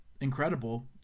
incredible